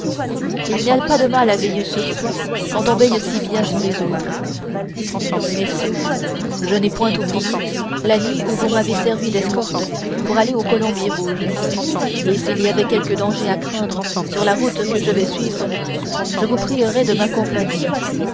il n'y a pas de mal à veiller sur soi quand on veille si bien sur les autres messieurs je n'ai point oublié la nuit où vous m'avez servi d'escorte pour aller au colombier rouge s'il y avait quelque danger à craindre sur la route que je vais suivre je vous prierais de m'accompagner